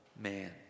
man